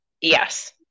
Yes